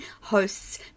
hosts